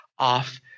Off